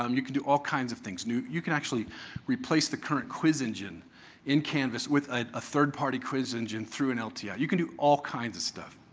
um you can do all kinds of things. you can actually replace the current quiz engine in canvas with a third-party quiz engine through an lti. yeah you can do all kinds of stuff.